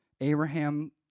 Abraham